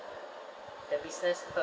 the business her